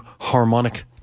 Harmonic